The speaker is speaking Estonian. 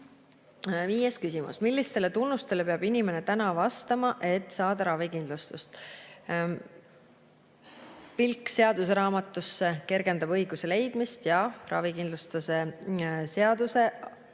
Viies küsimus: "Millistele tunnustele peab inimene täna vastama, et saada ravikindlustatud?" Pilk seaduseraamatusse kergendab [vastuse] leidmist ja ravikindlustuse seaduses